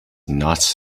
nuts